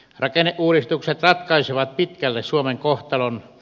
rakenneuudistukset ratkaisevat pitkälle suomen kohtalon